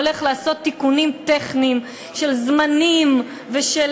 הולך לעשות תיקונים טכניים של זמנים ושל